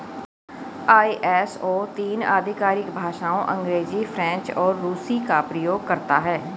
ISO तीन आधिकारिक भाषाओं अंग्रेजी, फ्रेंच और रूसी का प्रयोग करता है